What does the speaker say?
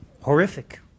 horrific